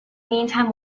meantime